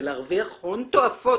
ולהרוויח הון תועפות,